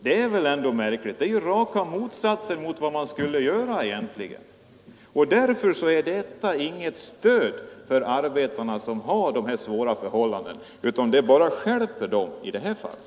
Det är väl ändå märkligt, det är ju raka motsatsen mot vad man egentligen skulle göra. Därför är detta inget stöd för arbetarna som har dessa svåra förhållanden, utan det bara stjälper dem i det här fallet.